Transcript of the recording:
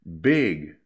big